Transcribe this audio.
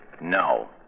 No